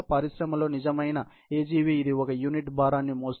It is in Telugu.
పరిశ్రమలో నిజమైన AGV ఇది యూనిట్ భారాన్ని మోస్తుంది